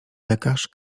lekarz